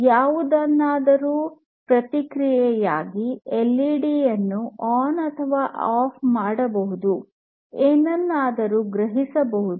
ಯಾವುದನ್ನಾದರೂ ಪ್ರತಿಕ್ರಿಯೆಯಾಗಿ ಎಲ್ಇಡಿ ಅನ್ನು ಆನ್ ಅಥವಾ ಆಫ್ ಮಾಡಬಹುದು ಏನನ್ನಾದರೂ ಗ್ರಹಿಸಬಹುದು